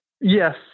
Yes